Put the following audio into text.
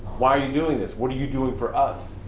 why are you doing this? what are you doing for us?